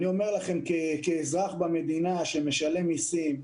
אני אומר לכם כאזרח במדינה שמשלם מיסים.